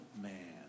man